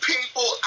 People